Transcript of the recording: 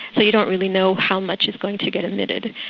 so you don't really know how much is going to get emitted.